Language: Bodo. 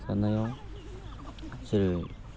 सान्नायाव जेरै